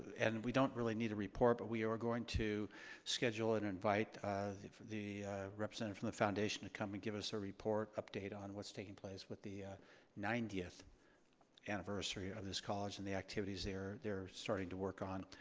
and we don't really need a report but we are going to schedule and invite the representative from the foundation to come and give us a report, update on what's taking place with the ninetieth anniversary of this college and the activities they're they're starting to work on.